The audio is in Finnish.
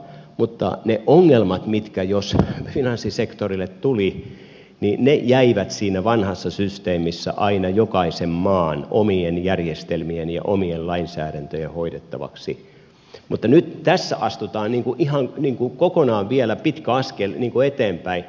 mutta ne ongelmat jotka jos finanssisektorille tulivat jäivät siinä vanhassa systeemissä aina jokaisen maan omien järjestelmien ja omien lainsäädäntöjen hoidettavaksi mutta nyt tässä astutaan kokonaan vielä pitkä askel eteenpäin